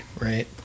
Right